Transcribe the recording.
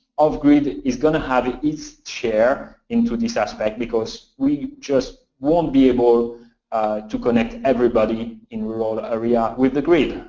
off-grid is going to have its share into this aspect, because we just won't be able to connect everybody in rural areas with the grid.